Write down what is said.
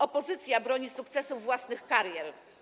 Opozycja broni sukcesów własnych karier.